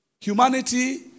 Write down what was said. humanity